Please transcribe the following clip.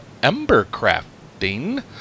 Embercrafting